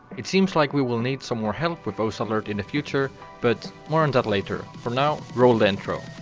it seems like we will need some more help with osu! alert in the future but more on that later, for now roll the intro!